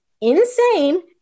insane